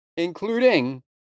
including